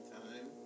time